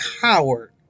coward